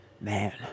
Man